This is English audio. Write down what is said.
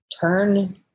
Turn